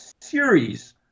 series